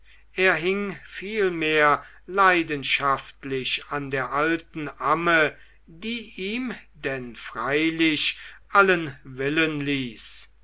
er hing vielmehr leidenschaftlich an der alten amme die ihm denn freilich allen willen ließ